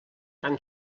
tan